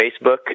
Facebook